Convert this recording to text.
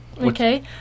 okay